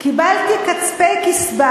"קיבלתי כספי קצבה